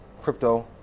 crypto